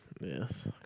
Yes